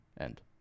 end